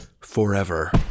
forever